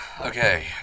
Okay